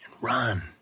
run